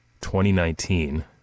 2019